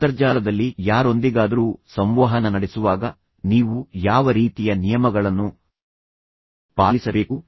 ಅಂತರ್ಜಾಲದಲ್ಲಿ ಯಾರೊಂದಿಗಾದರೂ ಸಂವಹನ ನಡೆಸುವಾಗ ನೀವು ಯಾವ ರೀತಿಯ ನಿಯಮಗಳನ್ನು ಪಾಲಿಸಬೇಕು